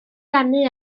ganu